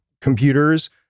computers